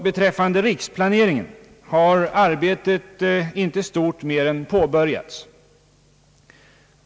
Beträffande riksplaneringen har arbetet inte stort mer än påbörjats.